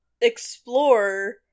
explore